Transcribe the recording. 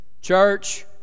church